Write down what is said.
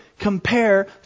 compare